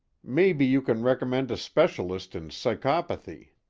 may be you can recommend a specialist in psychopathy.